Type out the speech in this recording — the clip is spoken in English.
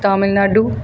Tamil Nadu